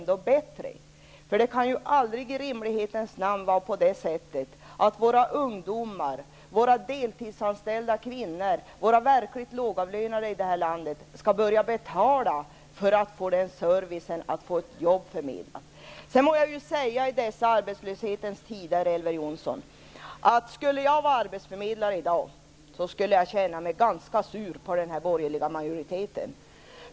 Det kan ju i rimlighetens namn aldrig vara på det sättet att våra ungdomar och deltidsanställda kvinnor, de verkligt lågavlönade i detta land, skall börja betala för att få den service som det innebär att få ett jobb förmedlat. Sedan må jag i dessa arbetslöshetens tider säga, Elver Jonsson, att om jag skulle vara arbetsförmedlare i dag skulle jag känna mig ganska sur på den borgerliga majoriteten.